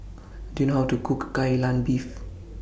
Do YOU know How to Cook Kai Lan Beef